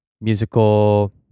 musical